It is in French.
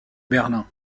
berlin